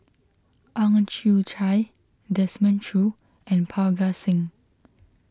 Ang Chwee Chai Desmond Choo and Parga Singh